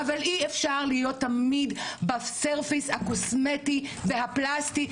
אבל אי-אפשר בסרפיס הקוסמטי והפלסטי,